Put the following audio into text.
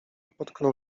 potknął